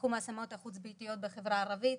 בתחום ההשמות החוץ-ביתיות בחברה הערבית,